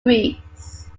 greece